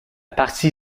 partie